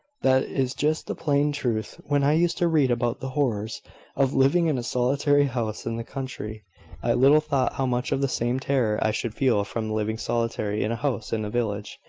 that is just the plain truth. when i used to read about the horrors of living in a solitary house in the country, i little thought how much of the same terror i should feel from living solitary in a house in a village.